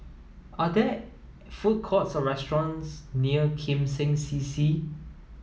are there food courts or restaurants near Kim Seng C C